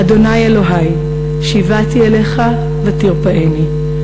ה' אלהי שִׁוַּעתי אליךָ ותרפאני,